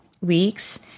weeks